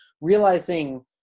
realizing